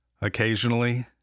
Occasionally